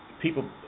people